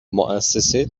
مؤسسه